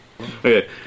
Okay